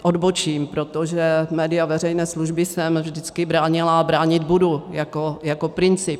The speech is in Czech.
Odbočím, protože média veřejné služby jsem vždycky bránila a bránit budu jako princip.